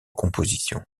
composition